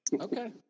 Okay